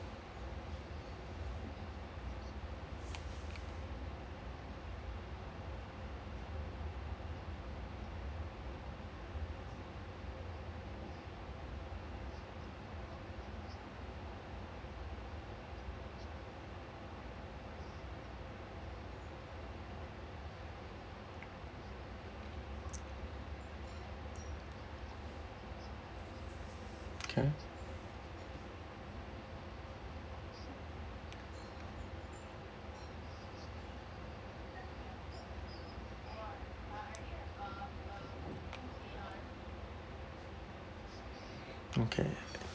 okay okay